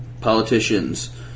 politicians